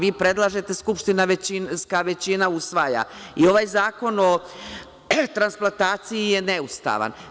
Vi predlažete skupštinska većina usvoja i ovaj zakon o transplantaciji je neustavan.